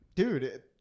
Dude